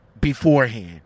beforehand